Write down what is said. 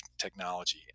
technology